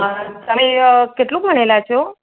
તમે કેટલું ભણેલા છો